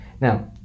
Now